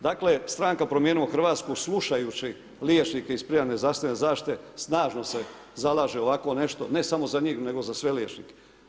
Dakle stranka promijenimo Hrvatsku, slušajući liječnike iz primarne zdravstvene zaštite snažno se zalaže ovakvo nešto ne samo za njih nego za sve liječnike.